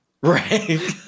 Right